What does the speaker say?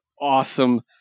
awesome